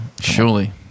surely